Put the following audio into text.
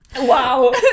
Wow